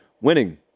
Winning